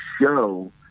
show